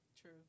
True